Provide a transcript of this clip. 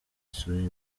suède